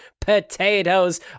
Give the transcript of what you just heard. Potatoes